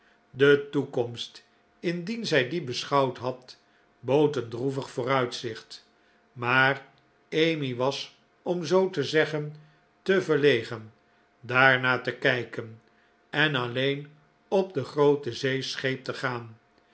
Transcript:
de toekomst indien zij die beschouwd had bood een droevig vooruitzicht maar emmy was om zoo te zeggen te verlegen daarnaar te kijken en alleen op de groote zee scheep te gaan